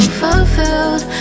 fulfilled